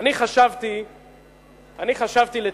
אני חשבתי לתומי